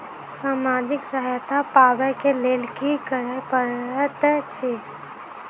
सामाजिक सहायता पाबै केँ लेल की करऽ पड़तै छी?